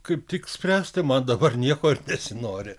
kaip tik spręsti man dabar nieko ir nesinori